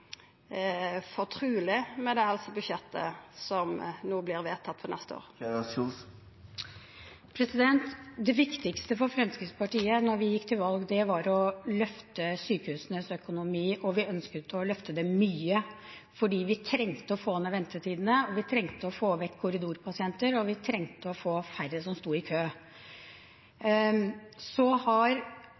fortruleg med det helsebudsjettet som no vert vedtatt for neste år? Det viktigste for Fremskrittspartiet da vi gikk til valg, var å løfte sykehusenes økonomi. Vi ønsket å løfte den mye, fordi vi trengte å få ned ventetidene, vi trengte å få vekk korridorpasienter, og vi trengte å få færre som sto i kø. Så har